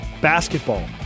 Basketball